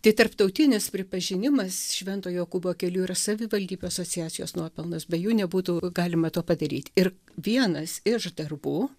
tai tarptautinis pripažinimas švento jokūbo kelių yra savivaldybių asociacijos nuopelnas be jų nebūtų galima to padaryti ir vienas iš darbų